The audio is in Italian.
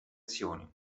azioni